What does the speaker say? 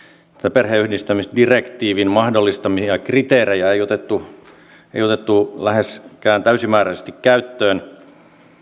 perheenyhdistämisdirektiivin mahdollistamia kriteerejä ei otettu ei otettu läheskään täysimääräisesti käyttöön